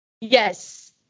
yes